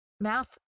math